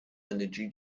energy